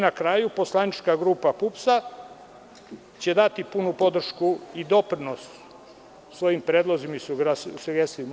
Na kraju poslanička grupa PUPS-a će dati punu podršku i doprinos svojim predlozima i sugestijama.